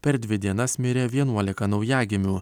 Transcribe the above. per dvi dienas mirė vienuolika naujagimių